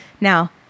Now